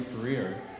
career